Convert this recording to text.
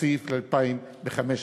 התקציב ל-2015.